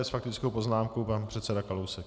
S faktickou poznámkou pan předseda Kalousek.